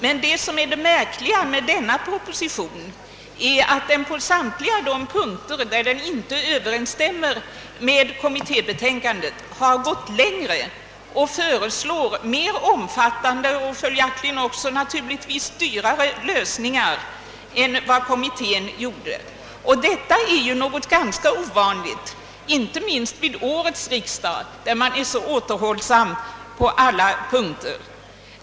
Men det märkliga med denna proposition är att den på samtliga de punkter där den inte överensstämmer med kommitté betänkandet har gått längre och föreslår mer omfattande och följaktligen också dyrare lösningar än vad kommittén gjort. Detta är ju något ganska ovanligt, inte minst vid årets riksdag, där man varit så återhållsam på alla punkter.